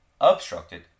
obstructed